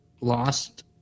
lost